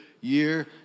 year